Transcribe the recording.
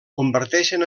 converteixen